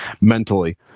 mentally